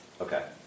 Okay